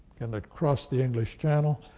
and it crossed the english channel,